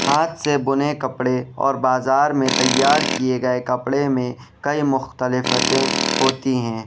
ہاتھ سے بنے کپڑے اور بازار میں تیار کیے گئے کپڑے میں کئی مختلفت ہوتی ہیں